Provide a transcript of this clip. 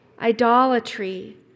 idolatry